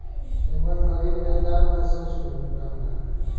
एमन गरीब लेनदार बदे सूक्ष्म बीमा होला